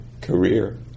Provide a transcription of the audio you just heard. career